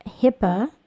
HIPAA